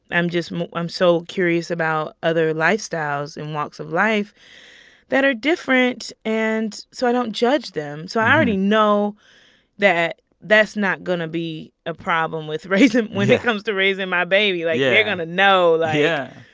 i'm just i'm so curious about other lifestyles and walks of life that are different, and so i don't judge them. so i already know that that's not going to be a problem with raising when it comes to raising my baby yeah like, yeah you're going to know, like. yeah.